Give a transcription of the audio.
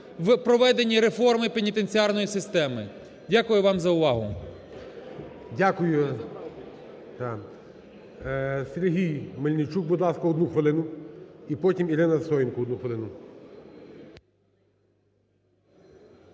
у проведенні реформи пенітенціарної системи. Дякую вам за увагу. ГОЛОВУЮЧИЙ. Дякую. Сергій Мельничук, будь ласка, одну хвилину, і потім Ірина Сисоєнко, одну хвилину.